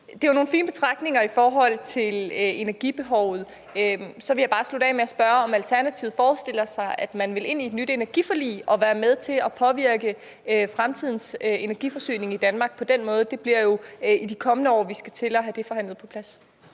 Det er jo nogle fine betragtninger i forhold til energibehovet. Så vil jeg bare slutte af med at spørge, om Alternativet forestiller sig, at man vil ind i et nyt energiforlig og være med til at påvirke fremtidens energiforsyning i Danmark på den måde. Det bliver jo i de kommende år, vi skal til at have forhandlet det på plads.